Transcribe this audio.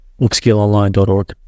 upskillonline.org